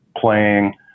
playing